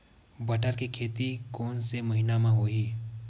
बटर के खेती कोन से महिना म होही?